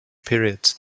periods